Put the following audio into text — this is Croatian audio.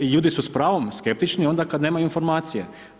Ljudi su s pravom skeptični onda kada nemaju informacije.